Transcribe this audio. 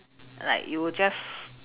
like you will just